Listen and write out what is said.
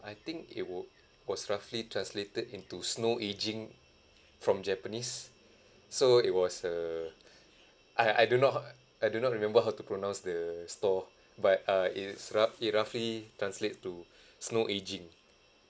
I think it were was roughly translated into snow ageing from japanese so it was err I I do not how I do not remember how to pronounce the store but uh it's rough it roughly translates to snow ageing